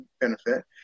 benefit